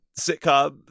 sitcom